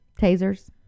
Tasers